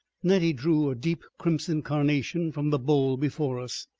nettie drew a deep crimson carnation from the bowl before us,